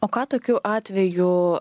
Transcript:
o ką tokiu atveju